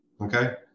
okay